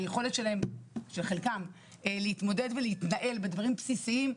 היכולת של חלקם להתמודד ולהתנהל בדברים בסיסיים,